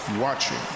watching